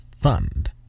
Fund